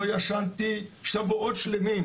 לא ישנתי שבועות שלמים,